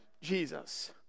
Jesus